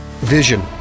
Vision